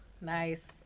Nice